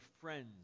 friends